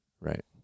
Right